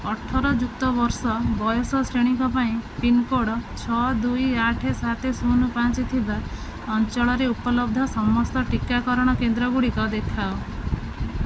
ଅଠର ଯୁକ୍ତ ବର୍ଷ ବୟସ ଶ୍ରେଣୀଙ୍କ ପାଇଁ ପିନ୍କୋଡ଼୍ ଛଅ ଦୁଇ ଆଠେ ସାତେ ଶୂନ ପାଞ୍ଚେ ଥିବା ଅଞ୍ଚଳରେ ଉପଲବ୍ଧ ସମସ୍ତ ଟିକାକରଣ କେନ୍ଦ୍ରଗୁଡ଼ିକ ଦେଖାଅ